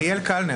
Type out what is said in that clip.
אנא, סדרי הדיון.